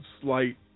slight